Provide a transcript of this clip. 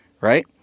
Right